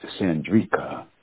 Sandrika